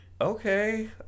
okay